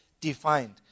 defined